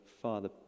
father